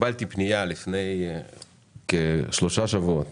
שלפני כשלושה שבועות